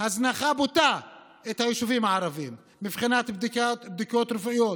הזנחה בוטה את היישובים הערביים מבחינת בדיקות רפואיות,